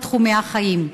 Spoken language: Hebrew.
בכל תחומי החיים.